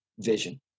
vision